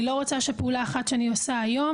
אני לא רוצה שפעולה אחת שאני עושה היום,